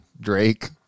Drake